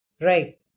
Right